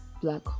black